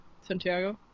Santiago